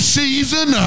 season